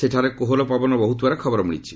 ସେଠାରେ କୋହଲା ପବନ ବହୁଥିବାର ଖବର ମିଳିଛି